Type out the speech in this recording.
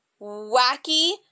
wacky